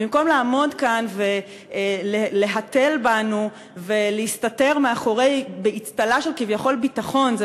במקום לעמוד כאן ולהתל בנו ולהסתתר באצטלה של ביטחון כביכול,